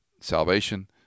salvation